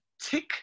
tick